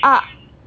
ah